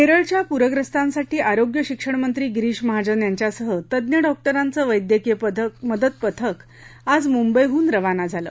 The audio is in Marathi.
केरळच्या प्रग्रस्तांसाठी आरोग्य शिक्षण मंत्री गिरीश महाजन यांच्यासह तज्ञ डॉक्टरांचं वैद्यकीय मदत पथक आज मुंबईहन रवाना झालं